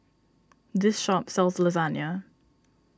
this shop sells Lasagne